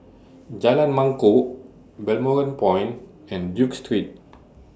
Jalan Mangkok Balmoral Point and Duke Street